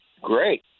Great